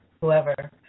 whoever